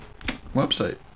website